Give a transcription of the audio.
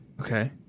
Okay